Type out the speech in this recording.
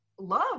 love